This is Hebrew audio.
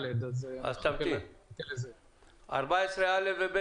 אנחנו מצביעים על סעיפים קטנים 14ד(א) ו-(ב),